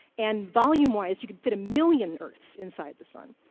and volume-wise, you could fit a million earths inside the sun.